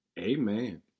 Amen